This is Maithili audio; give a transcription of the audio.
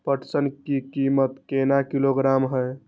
पटसन की कीमत केना किलोग्राम हय?